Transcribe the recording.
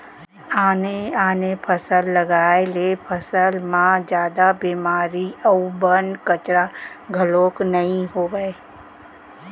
आने आने फसल लगाए ले फसल म जादा बेमारी अउ बन, कचरा घलोक नइ होवय